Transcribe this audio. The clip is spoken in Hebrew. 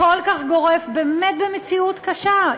באמת במציאות קשה.